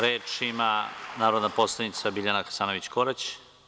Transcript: Reč ima narodni poslanik Biljana Hasanović Korać.